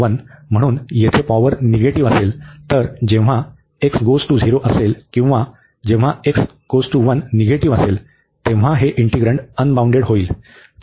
जर हे म्हणून येथे पॉवर निगेटिव्ह असेल तर जेव्हा असेल किंवा जेव्हा निगेटिव्ह असेल तेव्हा हे इंटीग्रन्ड अनबाउंडेड होईल